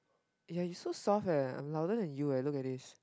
ya you so soft eh I'm louder than you eh look at this